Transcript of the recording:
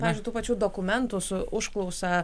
pavyzdžiui tų pačių dokumentų su užklausa